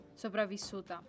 Sopravvissuta